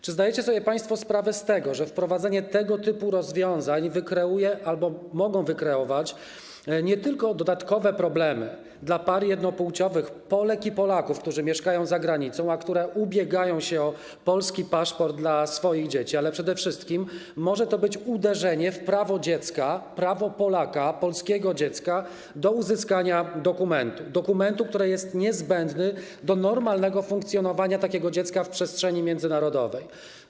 Czy zdajecie sobie państwo sprawę z tego, że wprowadzenie tego typu rozwiązań wykreuje albo może wykreować nie tylko dodatkowe problemy dla par jednopłciowych, Polek i Polaków, którzy mieszkają za granicą, a które ubiegają się o polski paszport dla swoich dzieci, ale przede wszystkim może to być uderzenie w prawo dziecka, prawo Polaka, polskiego dziecka do uzyskania dokumentu, dokumentu, który jest niezbędny do normalnego funkcjonowania takiego dziecka w przestrzeni międzynarodowej.